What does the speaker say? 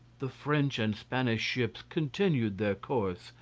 the french and spanish ships continued their course,